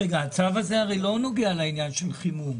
הצו הזה הרי לא נוגע לעניין של חימום